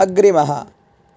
अग्रिमः